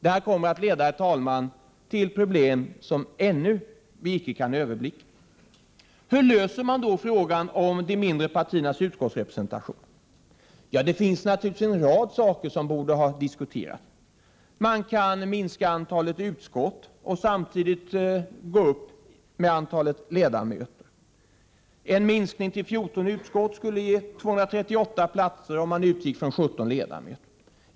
Detta kommer, herr talman, att leda till problem som vi ännu icke kan överblicka. Hur löser man då frågan om de mindre partiernas utskottsrepresentation? Det finns naturligtvis en rad saker som borde ha diskuterats. Man kan minska antalet utskott och samtidigt öka antalet ledamöter i varje utskott. En minskning till 14 utskott skulle ge 238 utskottsplatser, om man utgick från 17 ledamöter i varje utskott.